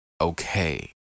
okay